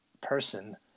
person